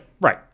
right